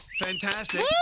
Fantastic